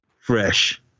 fresh